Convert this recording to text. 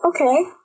Okay